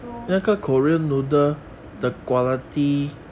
so um